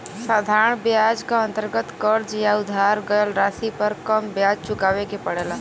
साधारण ब्याज क अंतर्गत कर्ज या उधार गयल राशि पर कम ब्याज चुकावे के पड़ेला